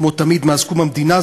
כמו תמיד מאז קום המדינה,